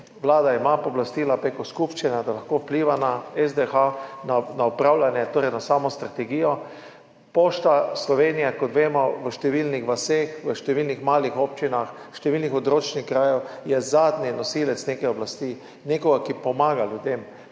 Vlada ima pooblastila prek skupščine, da lahko vpliva na SDH, na upravljanje, torej na samo strategijo. Pošta Slovenije je, kot vemo, v številnih vaseh, v številnih malih občinah, v številnih odročnih krajih zadnji nosilec neke oblasti, nekoga, ki pomaga ljudem.